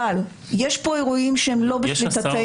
אבל יש פה אירועים שהם לא בשליטתנו.